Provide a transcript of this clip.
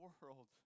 world